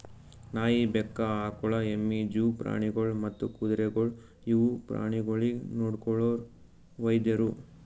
ನಾಯಿ, ಬೆಕ್ಕ, ಆಕುಳ, ಎಮ್ಮಿ, ಜೂ ಪ್ರಾಣಿಗೊಳ್ ಮತ್ತ್ ಕುದುರೆಗೊಳ್ ಇವು ಪ್ರಾಣಿಗೊಳಿಗ್ ನೊಡ್ಕೊಳೋ ವೈದ್ಯರು